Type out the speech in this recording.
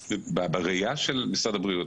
שבראייה של משרד הבריאות,